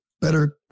better